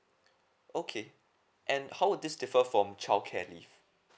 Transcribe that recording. okay and how would this differ from childcare leave